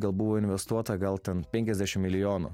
gal buvo investuota gal ten penkiasdešimt milijonų